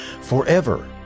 forever